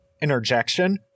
interjection